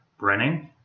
Brenning